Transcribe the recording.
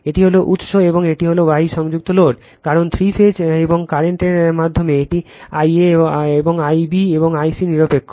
এটি হল উৎস এবং এটি হল Y সংযুক্ত লোড কারণ থ্রি ফেজ এবং কারেন্ট এর মাধ্যমে এটি I a এই I b এবং I c নিরপেক্ষ